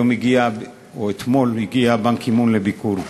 היום הגיע, או אתמול הגיע, באן קי-מון לביקור.